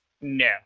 No